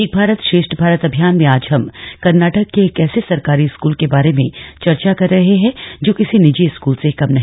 एक भारत श्रेष्ठ भारत अभियान में आज हम कर्नाटक के ऐसे सरकारी स्कूल के बारे में चर्चा कर रहें है जो किसी निजी स्कूल से कम नहीं